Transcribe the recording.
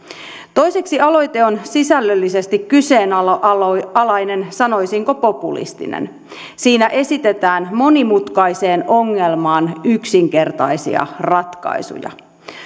toiseksi aloite on sisällöllisesti kyseenalainen sanoisinko populistinen siinä esitetään monimutkaiseen ongelmaan yksinkertaisia ratkaisuja